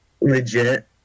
legit